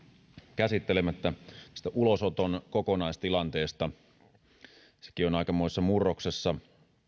käsittelemättä tästä ulosoton kokonaistilanteesta sekin on aikamoisessa murroksessa